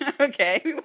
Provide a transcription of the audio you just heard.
okay